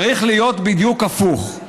צריך להיות בדיוק הפוך,